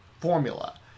formula